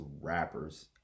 rappers